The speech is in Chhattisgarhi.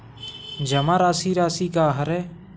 जमा राशि राशि का हरय?